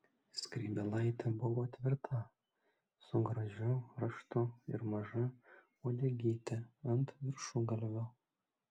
skrybėlaitė buvo tvirta su gražiu raštu ir maža uodegyte ant viršugalvio